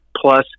Plus